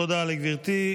תודה לגברתי.